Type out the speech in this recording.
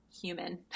human